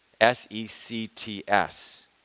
S-E-C-T-S